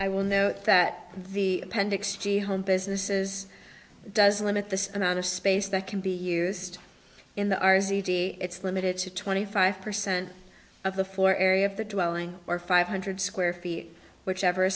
i will note that the appendix g home businesses does limit the amount of space that can be used in the r c d it's limited to twenty five percent of the floor area of the dwelling or five hundred square feet whichever